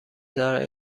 دقیقه